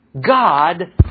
God